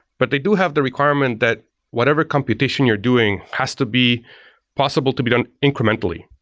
but they do have the requirement that whatever computation you're doing has to be possible to be done incrementally.